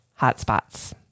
hotspots